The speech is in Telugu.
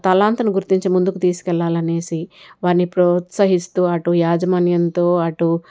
తలాంతుని గుర్తించి ముందుకు తీసుకెళ్ళాలనేసి వారిని ప్రోత్సహిస్తూ అటు యాజమాన్యంతో అటు